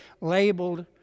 labeled